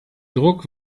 druck